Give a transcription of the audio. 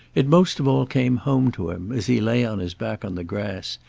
it most of all came home to him, as he lay on his back on the grass,